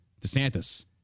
DeSantis